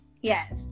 Yes